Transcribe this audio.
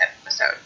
episode